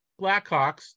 Blackhawks